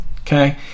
okay